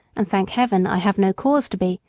and, thank heaven, i have no cause to be,